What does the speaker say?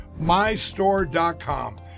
mystore.com